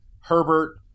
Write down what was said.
Herbert